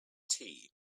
tea